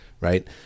right